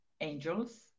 angels